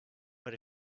but